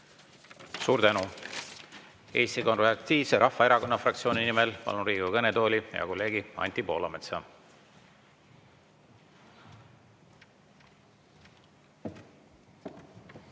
Suur tänu! Eesti Konservatiivse Rahvaerakonna fraktsiooni nimel palun Riigikogu kõnetooli hea kolleegi Anti Poolametsa.